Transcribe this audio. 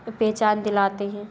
पहचान दिलाते हैं